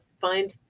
find